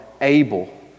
able